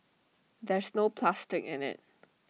there's no plastic in IT